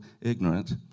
ignorant